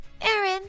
Aaron